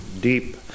deep